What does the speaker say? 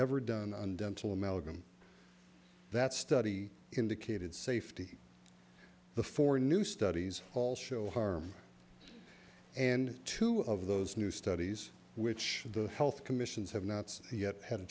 ever done and then two amalgam that study indicated safety the four new studies all show harm and two of those new studies which the health commissions have nuts yet had a